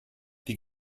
die